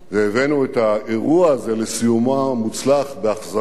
והבאנו את האירוע הזה לסיומו המוצלח בהחזרת